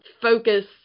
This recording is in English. focus